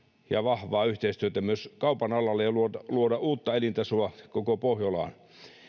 ja vahvaa yhteistyötä myös kaupan alalla ja luoda luoda uutta elintasoa koko pohjolaan